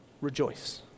rejoice